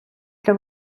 для